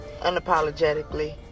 unapologetically